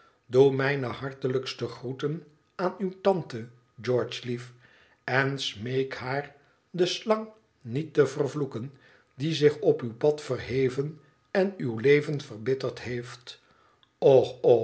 doe mijne hartelijkste groeten aan uwe tante george lief en smeek haar de slang niet te vloeken die zich op uw pad verheven en uw leven verbitterd heeft och och